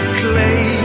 clay